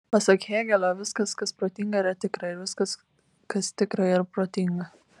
pasak hėgelio viskas kas protinga yra tikra ir viskas kas tikra yra protinga